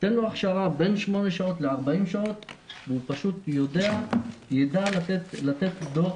תן להם הכשרה בין 8 שעות ל-40 שעות והם פשוט יידעו לתת דוח